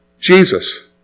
Jesus